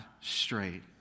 straight